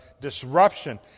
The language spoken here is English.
disruption